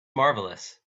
marvelous